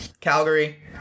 Calgary